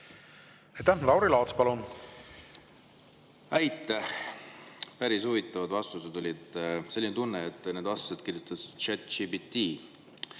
Aitäh! Lauri Laats, palun! Aitäh! Päris huvitavad vastused olid. Selline tunne on, et need vastused kirjutas ChatGPT.